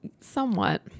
Somewhat